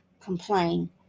complain